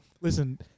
Listen